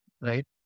right